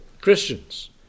Christians